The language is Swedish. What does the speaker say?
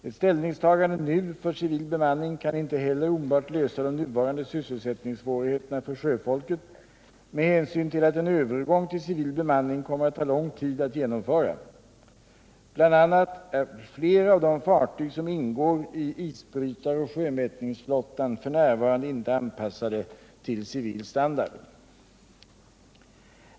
Ett ställningstagande nu för civil bemanning kan inte heller omedelbart lösa de nuvarande sysselsättningssvårigheterna för sjöfolket med hänsyn till att en övergång till civil bemanning kommer att ta lång tid att genomföra. Bl. a. är flera av de fartyg som ingår i isbrytaroch sjömätningsflottan f. n. inte anpassade till civil standard.